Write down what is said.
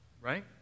Right